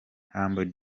humble